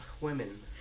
women